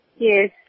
Yes